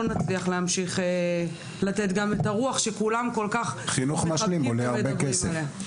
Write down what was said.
לא נצליח להמשיך לתת גם את הרוח שכולם כל כך מחבקים ומדברים עליה.